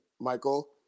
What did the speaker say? Michael